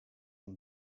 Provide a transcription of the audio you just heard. and